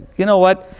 you know what?